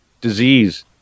disease